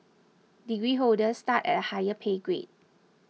degree holders start at a higher pay grade